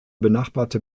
benachbarte